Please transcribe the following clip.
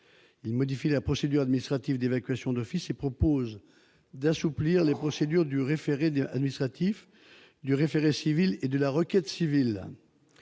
Il modifie la procédure administrative d'évacuation d'office et prévoit d'assouplir les procédures du référé administratif, du référé civil et de la requête civile.